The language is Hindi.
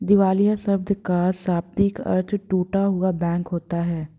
दिवालिया शब्द का शाब्दिक अर्थ टूटा हुआ बैंक होता है